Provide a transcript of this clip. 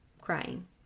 crying